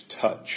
touch